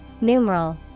Numeral